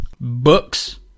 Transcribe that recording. books